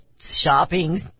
shopping